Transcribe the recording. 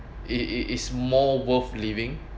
it it is more worth living